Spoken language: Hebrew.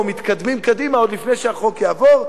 או מתקדמים קדימה עוד לפני שהחוק יעבור.